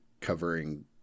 covering